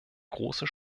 große